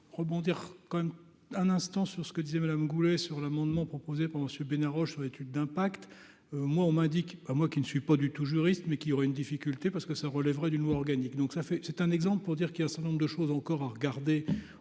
ce soir rebondir quand même un instant sur ce que disait Madame Goulet sur l'amendement proposé par Monsieur Bénard Rochon, étude d'impact, moi on m'indique à moi qui ne suis pas du tout juriste, mais qui aura une difficulté parce que cela relèverait d'une loi organique, donc ça fait, c'est un exemple pour dire qu'il y a un certain nombre de choses encore à regarder,